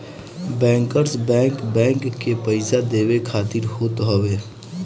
bankers bank, bank के पईसा देवे खातिर होत हवे